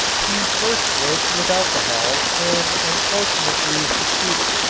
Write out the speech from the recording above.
he first worked with alcohol and unfortunately succeeded.